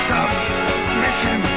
Submission